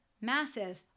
massive